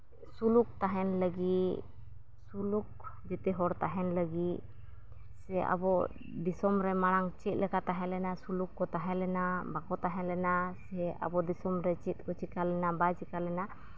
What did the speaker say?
ᱥᱩᱞᱩᱠ ᱛᱟᱦᱮᱱ ᱞᱟᱹᱜᱤᱫ ᱥᱩᱞᱩᱠ ᱡᱚᱛᱚ ᱦᱚᱲ ᱛᱟᱦᱮᱱ ᱞᱟᱹᱜᱤᱫ ᱥᱮ ᱟᱵᱚ ᱫᱤᱥᱚᱢ ᱨᱮ ᱢᱟᱲᱟᱝ ᱪᱮᱫ ᱞᱮᱠᱟ ᱛᱟᱦᱮᱸᱞᱮᱱᱟ ᱥᱩᱞᱩᱠ ᱠᱚ ᱛᱟᱦᱮᱸᱞᱮᱱᱟ ᱵᱟᱠᱚ ᱛᱟᱦᱮᱸᱞᱮᱱᱟ ᱥᱮ ᱟᱵᱚ ᱫᱤᱥᱚᱢ ᱫᱚ ᱪᱮᱫ ᱨᱮ ᱪᱤᱠᱟᱹ ᱞᱮᱱᱟ ᱵᱟᱭ ᱪᱤᱠᱟᱹ ᱞᱮᱱᱟ